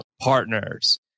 partners